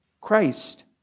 Christ